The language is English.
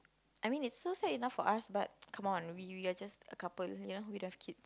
I mean is so sad enough for us but come on we are just a couple of here without kid